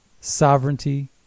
sovereignty